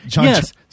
Yes